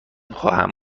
خواهم